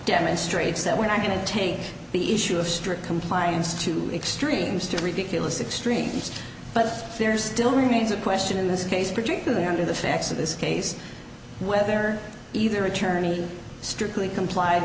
demonstrates that we're not going to take the issue of strict compliance to extremes to ridiculous extremes but there still remains a question in this case particularly under the facts of this case whether either attorney strictly complied